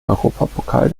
europapokal